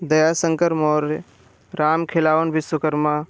Dayashankar Maurya Ram Khilawan Vishwakarma